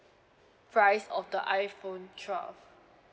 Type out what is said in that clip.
price of the iPhone twelve